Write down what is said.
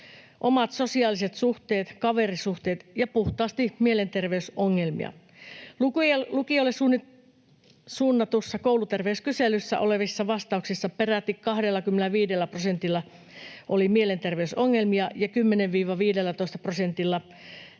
omat sosiaaliset suhteet, kaverisuhteet ja puhtaasti mielenterveysongelmat. Lukioille suunnatussa kouluterveyskyselyssä olevissa vastauksissa peräti 25 prosentilla on mielenterveysongelmia ja 10—15 prosentilla